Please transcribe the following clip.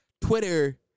Twitter